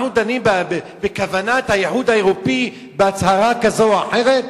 אנחנו דנים בכוונת האיחוד האירופי בהצהרה כזאת או אחרת?